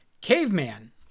Caveman